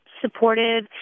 supportive